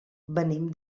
venim